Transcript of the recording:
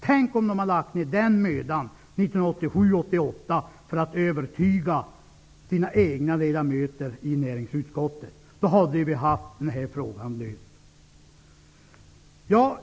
Tänk om de skulle ha lagt ner den mödan 1987/88 för att övertyga sina egna ledamöter i näringsutskottet. Då skulle den här frågan ha varit löst.